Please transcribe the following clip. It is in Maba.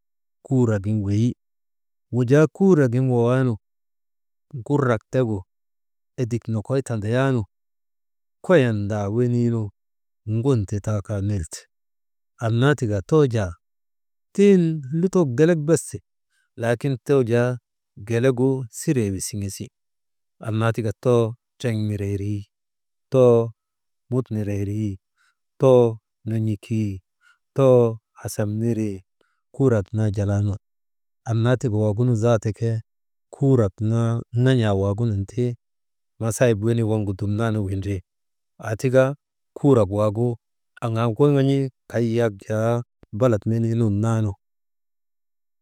Kuurak gin weyi, wujaa kuurak gin wawaanu, gurak tegu edik nokoy tandayaanu koyindaa weniinu ŋun ti taa kaa nilte, annaa tika too jaa tiŋ lutoo gelek bes ti, laakin too jaa gelegu siree wisiŋisi, annaa tika too triŋ nireerii, too mut nireerii, too non̰okii, too hasam niree, kuurak naa jalaa nun annaa tika waagunu zaata ke kurak naa ŋan̰an ti masaayip wenii waŋgu dumnan windri aa tika kurak waagu aŋaa woŋan̰i kay yak jaa balat menii nun naanu.